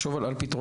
לחשוב על פתרונות,